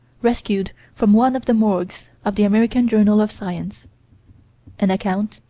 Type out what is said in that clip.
rescued from one of the morgues of the american journal of science an account,